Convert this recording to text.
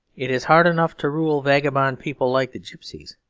it is hard enough to rule vagabond people, like the gypsies.